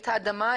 את האדמה,